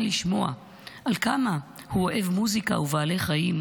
לשמוע על כמה הוא אוהב מוזיקה ובעלי חיים,